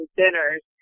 dinners